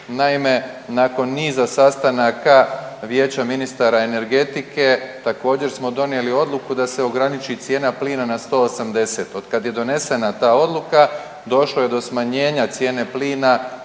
Naime, nakon niza sastanaka Vijeća ministara energetike također smo donijeli odluku da se ograniči cijena plina na 180. Od kad je donesena ta odluka došlo je do smanjenja cijene plina